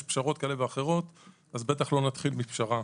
יש פשרות כאלה ואחרות אז בטח לא נתחיל מפשרה.